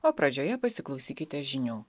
o pradžioje pasiklausykite žinių